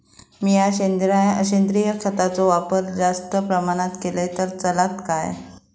मीया सेंद्रिय खताचो वापर जास्त प्रमाणात केलय तर चलात काय?